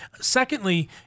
Secondly